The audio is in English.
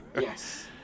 yes